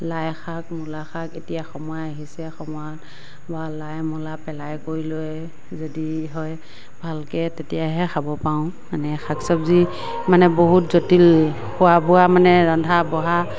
লাই শাক মূলা শাক এতিয়া সময় আহিছে সময় বা লাই মূলা পেলাই কৰি লৈ যদি হয় ভালকৈ তেতিয়াহে খাব পাওঁ মানে শাক চবজি মানে বহুত জটিল খোৱা বোৱা মানে ৰন্ধা বঢ়া